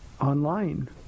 online